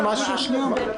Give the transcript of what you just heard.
מאשרים שניכם?